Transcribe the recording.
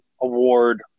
Award